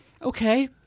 Okay